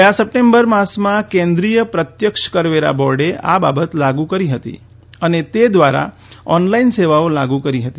ગયા સપ્ટેમ્બર માસમાં કેન્દ્રીય પ્રત્યક્ષ કરવેરા બોર્ડે આ બાબત લાગુ કરી હતી અને તે ધ્વારા ઓનલાઇન સેવાઓ લાગુ કરી હતી